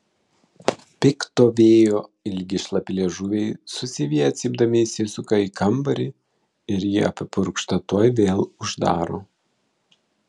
pikto vėjo ilgi šlapi liežuviai susiviję cypdami įsisuka į kambarį ir ji apipurkšta tuoj vėl uždaro